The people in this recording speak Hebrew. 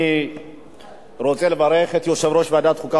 אני רוצה לברך את יושב-ראש ועדת החוקה,